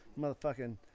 Motherfucking